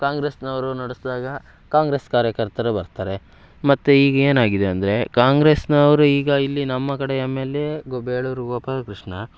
ಕಾಂಗ್ರೆಸ್ನವರು ನಡೆಸ್ದಾಗ ಕಾಂಗ್ರೆಸ್ ಕಾರ್ಯಕರ್ತರು ಬರ್ತಾರೆ ಮತ್ತು ಈಗ ಏನಾಗಿದೆ ಅಂದರೆ ಕಾಂಗ್ರೆಸ್ನವರು ಈಗ ಇಲ್ಲಿ ನಮ್ಮ ಕಡೆ ಎಂ ಎಲ್ ಏ ಗೊ ಬೇಳೂರು ಗೋಪಾಲಕೃಷ್ಣ